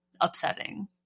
upsetting